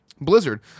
Blizzard